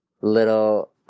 little –